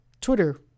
Twitter